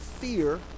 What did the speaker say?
fear